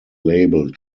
label